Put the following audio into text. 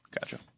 Gotcha